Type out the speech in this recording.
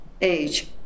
age